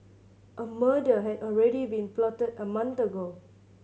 a murder had already been plotted a month ago